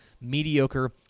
mediocre